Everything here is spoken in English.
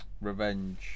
revenge